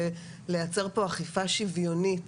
ולייצר פה אכיפה שוויונית